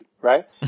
Right